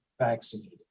vaccinated